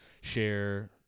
share –